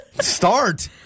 Start